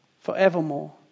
forevermore